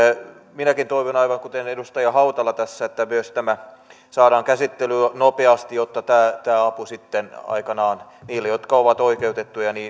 minäkin toivon aivan kuten edustaja hautala tässä että myös tämä saadaan käsittelyyn nopeasti jotta tämä tämä apu sitten aikanaan heille jotka ovat oikeutettuja